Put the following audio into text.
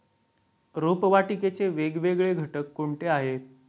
रोपवाटिकेचे वेगवेगळे घटक कोणते आहेत?